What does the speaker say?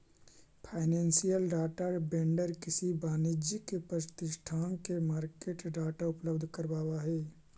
financial data vendor किसी वाणिज्यिक प्रतिष्ठान के मार्केट डाटा उपलब्ध करावऽ हइ